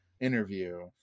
interview